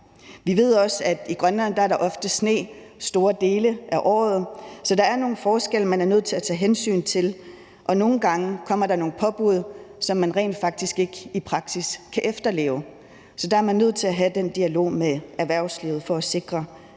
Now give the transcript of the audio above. Vi ved også, at der i Grønland ofte er sne store dele af året, så der er nogle forskelle, man er nødt til at tage hensyn til, og nogle gange kommer der nogle påbud, som man rent faktisk ikke i praksis kan efterleve. Så der er man ligesom også nødt til at have den dialog med erhvervslivet for at sikre, at det bliver efterlevet.